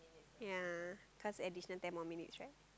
ya cause edition ten more minutes right